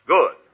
Good